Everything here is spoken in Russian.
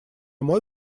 мой